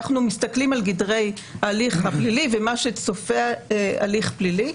אנחנו מסתכלים על גדרי ההליך הפלילי ומה שצופה הליך פלילי,